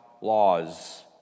laws